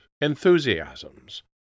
enthusiasms